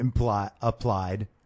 applied